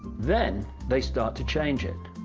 then they start to change it!